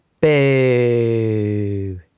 Boo